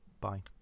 Bye